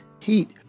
heat